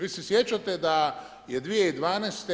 Vi se sjećate da je 2012.